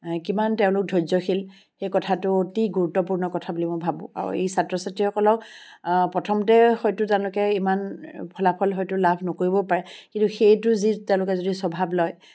কিমান তেওঁলোক ধৈৰ্য্যশীল সেই কথাটো অতি গুৰুত্বপূৰ্ণ কথা বুলি মই ভাবোঁ আৰু এই ছাত্ৰ ছাত্ৰীসকলক প্ৰথমতে হয়তো তেওঁলোকে ইমান ফলাফল হয়তো লাভ নকৰিবও পাৰে কিন্তু সেইটো যি তেওঁলোকে যদি স্বভাৱ লয়